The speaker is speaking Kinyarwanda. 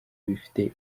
bifite